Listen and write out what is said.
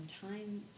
time